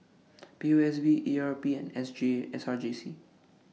P O S B E R P S G S R J C